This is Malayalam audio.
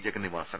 ജഗന്നിവാസൻ